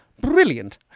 brilliant